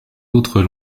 autres